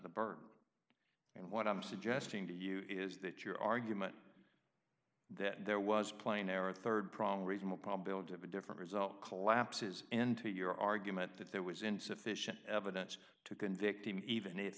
the burke and what i'm suggesting to you is that your argument that there was a plane or a rd prong reasonable probability of a different result collapses into your argument that there was insufficient evidence to convict him even if